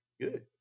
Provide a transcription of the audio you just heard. good